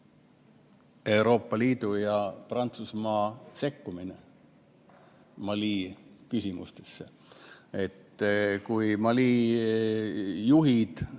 Euroopa Liidu ja Prantsusmaa sekkumine Mali küsimustesse. Kui Mali juhid